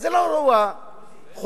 זה לא אירוע חולף.